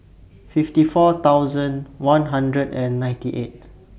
fifty four thousand one hundred and ninety eight